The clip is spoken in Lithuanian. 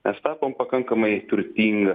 mes tapom pakankamai turtinga